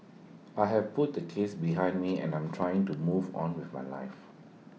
I have put the case behind me and I'm trying to move on with my life